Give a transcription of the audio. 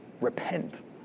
repent